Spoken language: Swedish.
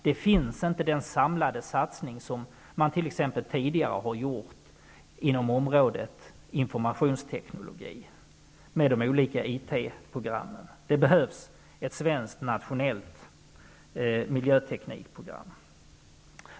Det finns inte någon samlad satsning, som exempelvis den som har gjorts tidigare inom informationsteknologi, med olika IT-program. Det behövs ett svenskt nationellt miljöteknikprogram.